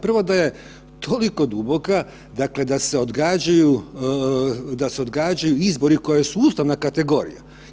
Prvo da je toliko duboka, dakle da se odgađaju, da se odgađaju izbori koje su ustavna kategorija.